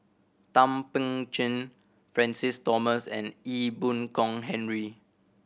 Thum Ping Tjin Francis Thomas and Ee Boon Kong Henry